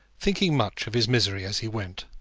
thinking much of his misery as he went.